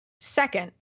Second